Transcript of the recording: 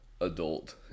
adult